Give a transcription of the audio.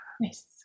Nice